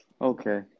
okay